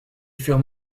furent